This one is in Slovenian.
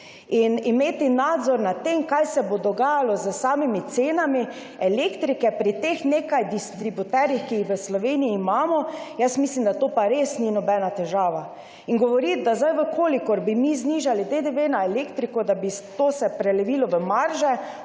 Imeti nadzor nad tem, kaj se bo dogajalo s samimi cenami elektrike pri teh nekaj distributerjih, ki jih v Sloveniji imamo, mislim, da pa res ni nobena težava. In govoriti, da če bi mi znižali DDV na elektriko, bi se to prelevilo v marže